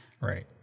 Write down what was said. Right